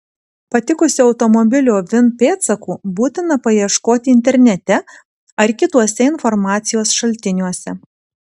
patikusio automobilio vin pėdsakų būtina paieškoti internete ar kituose informacijos šaltiniuose